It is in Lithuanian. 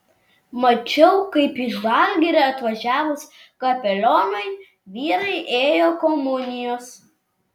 mačiau kaip į žalgirį atvažiavus kapelionui vyrai ėjo komunijos